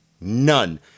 None